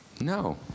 No